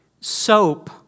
soap